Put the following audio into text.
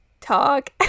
talk